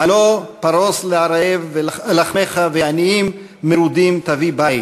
הלוא פרֹס לרעב לחמך ועניים מרודים תביא בית,